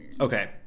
Okay